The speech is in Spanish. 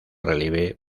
relieve